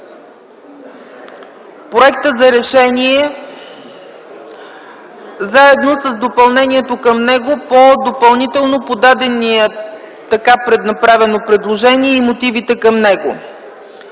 проекта за решение заедно с допълнението към него по допълнително подаденото така направено предложение и мотивите към него: